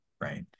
right